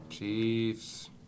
Chiefs